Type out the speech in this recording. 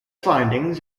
findings